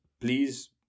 please